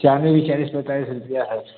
चाँदी भी चालीस पैंतालीस रुपया है